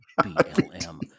BLM